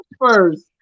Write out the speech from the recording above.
first